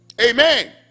amen